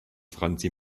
franzi